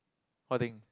what thing